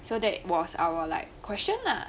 so that was our like question lah